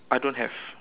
I don't have